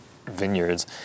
vineyards